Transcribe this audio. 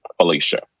alicia